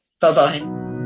bye-bye